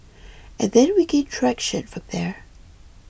and then we gained traction from there